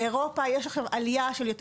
באירופה יש עכשיו עלייה של יותר